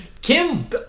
Kim